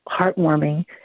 heartwarming